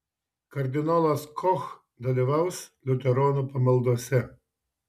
kardinolas koch dalyvaus liuteronų pamaldose